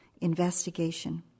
investigation